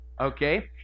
Okay